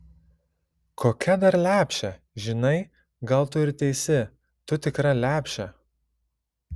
kokia dar lepšė žinai gal tu ir teisi tu tikra lepšė